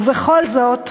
ובכל זאת,